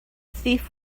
thief